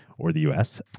or the us.